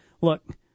Look